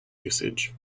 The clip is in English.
usage